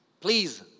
please